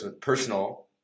Personal